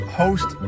host